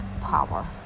power